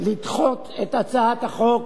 לדחות את הצעת החוק